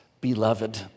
beloved